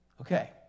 Okay